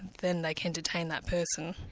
then they can detain that person.